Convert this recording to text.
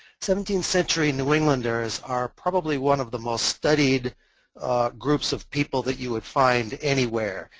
seventeenth century new englanders are probably one of the most studied group of people that you would find anywhere.